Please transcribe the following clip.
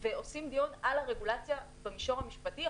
ועושים דיון על הרגולציה במישור המשפטי,